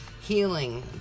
healing